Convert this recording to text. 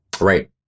Right